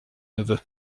neveux